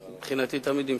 מבחינתי תמיד המשכת,